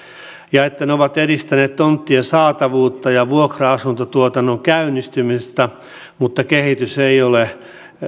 ja siihen että ne ovat edistäneet tonttien saatavuutta ja vuokra asuntotuotannon käynnistymistä mutta kehitys ei ole